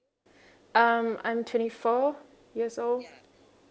um I'm twenty four years old